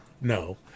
No